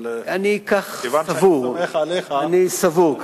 אבל כיוון שאני סומך עליך,